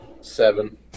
seven